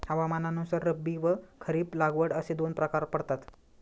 हवामानानुसार रब्बी व खरीप लागवड असे दोन प्रकार पडतात